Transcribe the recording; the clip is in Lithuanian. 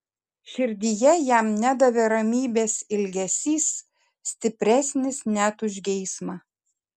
širdyje jam nedavė ramybės ilgesys stipresnis net už geismą